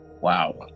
wow